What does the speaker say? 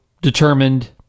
determined